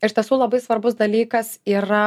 iš tiesų labai svarbus dalykas yra